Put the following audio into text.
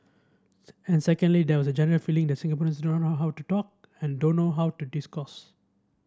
and secondly there was a general feeling that Singaporeans do not know how to talk and don't know how to discourse